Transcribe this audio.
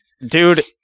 Dude